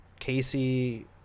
Casey